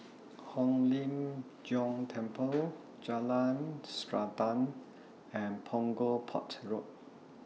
Hong Lim Jiong Temple Jalan Srantan and Punggol Port Road